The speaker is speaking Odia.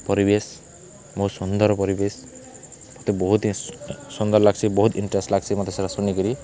ପରିବେଶ ବହୁତ୍ ସୁନ୍ଦର୍ ପରିବେଶ୍ ମତେ ବହୁତ୍ ହିଁ ସୁନ୍ଦର୍ ଲାଗ୍ସି ବହୁତ୍ ଇଣ୍ଟ୍ରେଷ୍ଟ୍ ଲାଗ୍ସି ମତେ ସେଟା ଶୁନିକରି